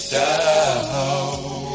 down